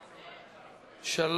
חמש.